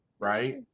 right